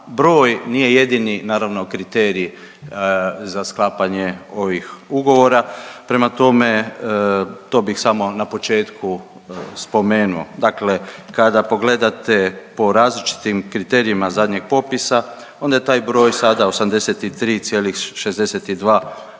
broj nije jedini naravno kriterij za sklapanje ovih ugovora. Prema tome, to bih samo na početku spomenuo, dakle kada pogledate po različitim kriterijima zadnjeg popisa onda je taj broj sada 83,62%,